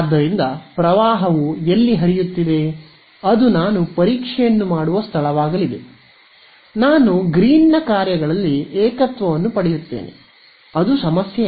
ಆದ್ದರಿಂದ ಪ್ರವಾಹವು ಎಲ್ಲಿ ಹರಿಯುತ್ತಿದೆ ಅದು ನಾನು ಪರೀಕ್ಷೆಯನ್ನು ಮಾಡುವ ಸ್ಥಳವಾಗಲಿದೆ ನಾನು ಗ್ರೀನ್ನ ಕಾರ್ಯಗಳಲ್ಲಿ ಏಕತ್ವವನ್ನು ಪಡೆಯುತ್ತೇನೆ ಅದು ಸಮಸ್ಯೆಯಲ್ಲ